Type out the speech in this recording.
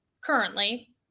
currently